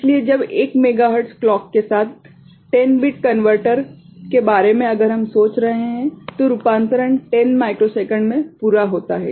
इसलिए जब 1 megahertz clock के साथ 10 बिट कनवर्टर के बारे में अगर हम सोच रहे हैं तो रूपांतरण 10 माइक्रोसेकंड में पूरा होता है